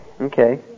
Okay